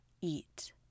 eat